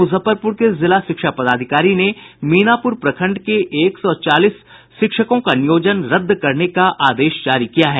मुजफ्फरपुर के जिला शिक्षा पदाधिकारी ने मीनापुर प्रखण्ड के एक सौ चालीस शिक्षकों का नियोजन रद्द करने का आदेश जारी किया है